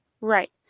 Right